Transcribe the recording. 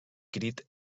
crit